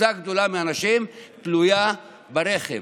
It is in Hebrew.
קבוצה גדולה מהאנשים תלויה ברכב.